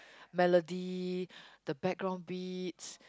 melody the background beats